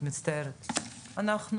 אני מצטערת,